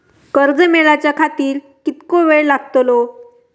कर्ज मेलाच्या खातिर कीतको वेळ लागतलो?